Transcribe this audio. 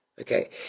Okay